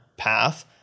path